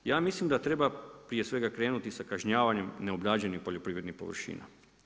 Ja mislim da treba, prije svega krenuti sa kažnjavanjem neobrađenih poljoprivrednih površina.